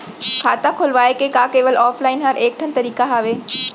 खाता खोलवाय के का केवल ऑफलाइन हर ऐकेठन तरीका हवय?